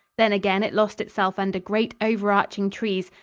then again it lost itself under great over-arching trees,